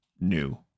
new